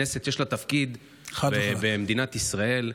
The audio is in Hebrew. לכנסת יש תפקיד במדינת ישראל.